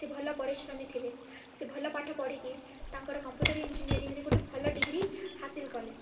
ସେ ଭଲ ପରିଶ୍ରମୀ ଥିଲେ ସେ ଭଲ ପାଠ ପଢ଼ିକି ତାଙ୍କର କମ୍ପ୍ୟୁଟର୍ ଇଞ୍ଜିନିୟରିଂରେ ଗୋଟେ ଭଲ ଡିଗ୍ରୀ ହାସଲ କଲେ